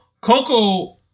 Coco